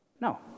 No